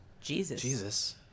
Jesus